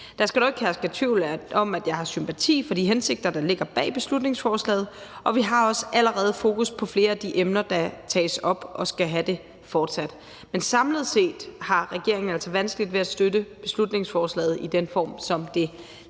der dog ikke herske tvivl om, at jeg har sympati for de hensigter, der ligger bag beslutningsforslaget, og vi har også allerede fokus på flere af de emner, der tages op, og skal have det fortsat. Men samlet set har regeringen altså vanskeligt ved at støtte beslutningsforslaget i den form, som det